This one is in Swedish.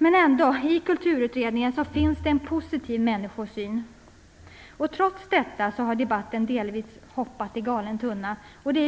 Ändock finns i Kulturutredningen en positiv människosyn. Trots detta har debatten delvis hoppat i galen tunna,